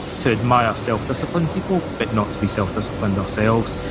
to admire self-discipline in people but not to be self-disciplined ourselves,